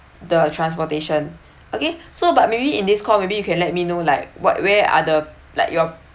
the transportation okay so but maybe in this call maybe you can let me know like what where are the like your